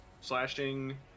slashing